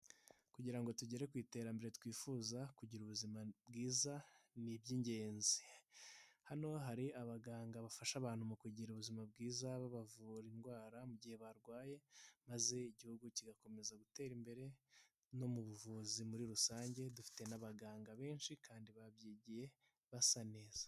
Kugira ngo tugere ku iterambere twifuza kugira ubuzima bwiza ni iby'ingenzi, hano hari abaganga bafasha abantu mu kugira ubuzima bwiza babavura indwara mu gihe barwaye, maze igihugu kigakomeza gutera imbere no mu buvuzi muri rusange, dufite n'abaganga benshi kandi babyigiye basa neza.